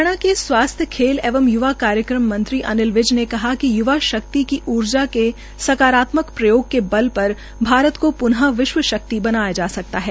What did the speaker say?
हरियाणा के स्वास्थ्य खेल एवं य्वा कार्यक्रम मंत्री अनिल विज ने कहा कि य्वा शक्ति की उर्जा के साकारात्मक प्रयोग के बल पर भारत को प्न विश्व शक्ति बनाया जा सकता है